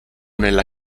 nella